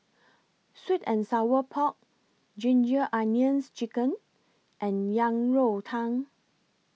Sweet and Sour Pork Ginger Onions Chicken and Yang Rou Tang